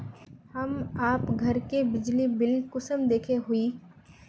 हम आप घर के बिजली बिल कुंसम देखे हुई?